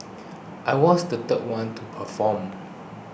I was the third one to perform